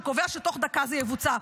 שקובע שתוך דקה זה יבוצע.